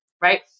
Right